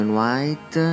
White